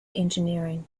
engineering